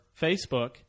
Facebook